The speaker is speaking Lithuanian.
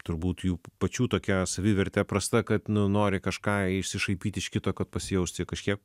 turbūt jų pačių tokia savivertė prasta kad nu nori kažką išsišaipyti iš kito kad pasijausti kažkiek